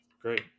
great